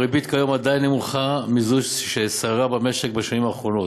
הריבית כיום עדיין נמוכה מזו ששררה במשק בשנים האחרונות,